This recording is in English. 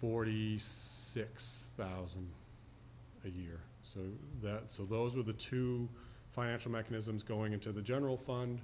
forty six thousand dollars a year so that so those were the two financial mechanisms going into the general fund